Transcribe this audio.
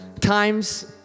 times